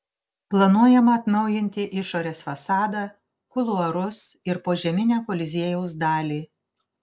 planuojama atnaujinti išorės fasadą kuluarus ir požeminę koliziejaus dalį